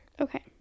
Okay